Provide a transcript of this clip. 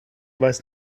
weiß